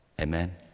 Amen